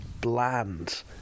bland